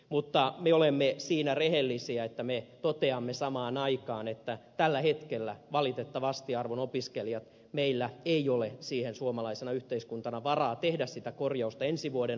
mutta me olemme siinä rehellisiä että me toteamme samaan aikaan että tällä hetkellä valitettavasti arvon opiskelijat meillä ei ole suomalaisena yhteiskuntana varaa tehdä sitä korjausta ensi vuoden alussa